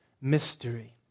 mystery